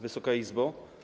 Wysoka Izbo!